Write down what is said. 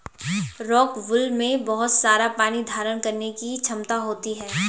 rockwool में बहुत सारा पानी धारण करने की क्षमता होती है